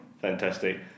Fantastic